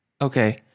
Okay